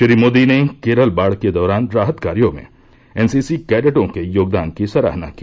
श्री मोदी ने केरल बाढ़ के दौरान राहत कार्यो में एनसीसी कैंडेटों के योगदान की सराहना की